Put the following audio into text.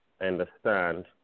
understand